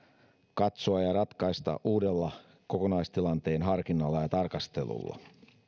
katsoa ja ratkaista uudella kokonaistilanteen harkinnalla ja tarkastelulla